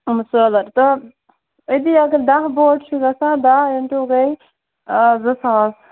یِم سٲلَر تہٕ أتی اَگر دَہ بوٹ چھِ گژھان دَہ اِن ٹُو گٔے آ زٕ ساس